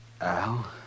Al